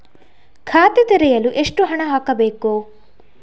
ಖಾತೆ ತೆರೆಯಲು ಎಷ್ಟು ಹಣ ಹಾಕಬೇಕು?